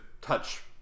touch